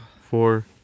Four